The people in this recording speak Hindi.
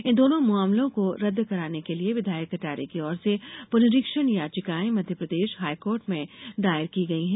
इन दोनों मामलों को रदद् कराने के लिए विधायक कटारे की ओर से पुनरीक्षण याचिकाएं मध्यप्रदेश हाईकोर्ट मे दायर की गई हैं